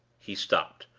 he stopped,